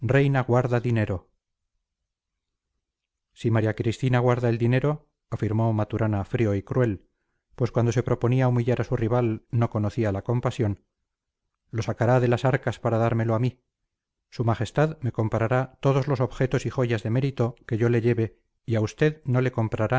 reina guarda dinero si maría cristina guarda el dinero afirmó maturana frío y cruel pues cuando se proponía humillar a su rival no conocía la compasión lo sacará de las arcas para dármelo a mí su majestad me comprará todos los objetos y joyas de mérito que yo le lleve y a usted no le comprará